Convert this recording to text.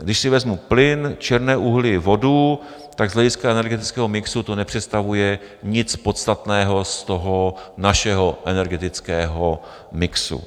Když si vezmu plyn, černé uhlí, vodu, tak z hlediska energetického mixu to nepředstavuje nic podstatného z toho našeho energetického mixu.